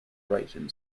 brighton